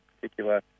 particular